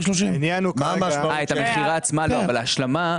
2030. את המכירה עצמה לא אבל ההשלמה.